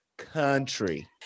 country